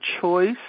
choice